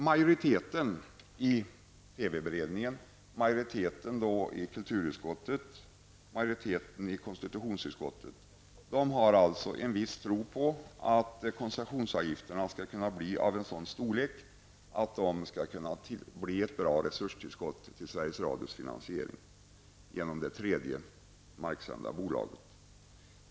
Majoriteten i TV-beredningen, majoriteten i kulturutskottet och majoriteten i konstitutionsutskottet har en viss tilltro till att koncessionsavgifterna skall kunna bli av en sådan storlek att de kan innebära ett bra resurstillskott till Sveriges Radios finansiering genom det tredje marksända bolaget.